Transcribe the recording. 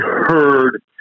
heard